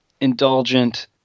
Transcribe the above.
indulgent